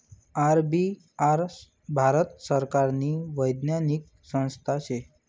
RBI Bharat सरकारनी वैधानिक संस्था शे